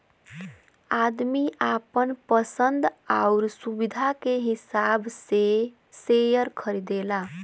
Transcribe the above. आदमी आपन पसन्द आउर सुविधा के हिसाब से सेअर खरीदला